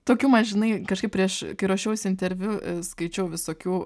tokių man žinai kažkaip prieš kai ruošiausi interviu skaičiau visokių